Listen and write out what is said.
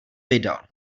vydal